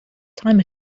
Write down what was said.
time